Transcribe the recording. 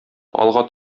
алга